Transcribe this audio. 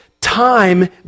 time